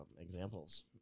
examples